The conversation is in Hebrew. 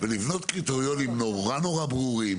ולבנות קריטריונים נורא נורא ברורים